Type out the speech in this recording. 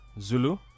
Zulu